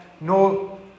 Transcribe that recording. no